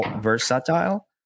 versatile